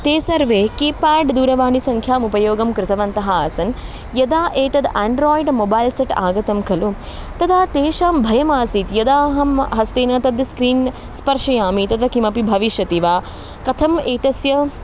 ते सर्वे कीपेड् दूरवाणीसङ्ख्यायाः उपयोगं कृतवन्तः आसन् यदा एतद् आण्ड्रोय्ड् मोबैल् सेट् आगतं खलु तदा तेषां भयमासीत् यदा अहं हस्तेन तद् स्क्रीन् स्पर्शयामि तदा किमपि भविष्यति वा कथम् एतस्य